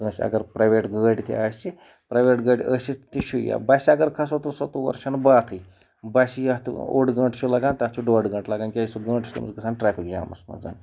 کٲنٛسہِ اگر پرٛایویٹ گٲڑۍ تہِ آسہِ پرٛایویٹ گٲڑۍ ٲسِتھ تہِ چھُ یا بَسہِ اگر کھَسو تہٕ سۄ تور چھَنہٕ باتھٕے بَسہِ یَتھ اوٚڑ گنٛٹہٕ چھُ لَگان تَتھ چھُ ڈۄڈ گنٛٹہٕ لَگان کیٛازِ سُہ گنٛٹہٕ چھُ تٔمِس گژھان ٹرٛیفِک جامَس منٛز